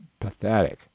pathetic